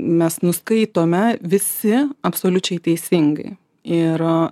mes nuskaitome visi absoliučiai teisingai ir